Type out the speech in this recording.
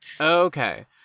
Okay